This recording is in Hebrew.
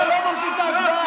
אתה לא ממשיך את ההצבעה.